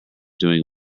doing